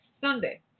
Sunday